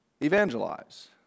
evangelize